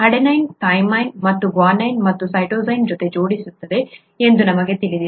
adenine thymine ಮತ್ತು guanine ಅನ್ನು cytosine ಜೊತೆ ಜೋಡಿಸುತ್ತದೆ ಎಂದು ನಮಗೆ ತಿಳಿದಿದೆ